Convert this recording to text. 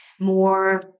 more